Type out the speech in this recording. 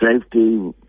safety